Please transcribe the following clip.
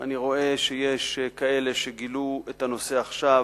אני רואה שיש כאלה שגילו את הנושא עכשיו,